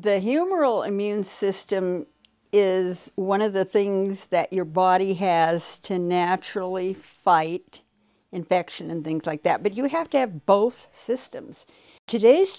the humoral immune system is one of the things that your body has to naturally fight infection and things like that but you have to have both systems today's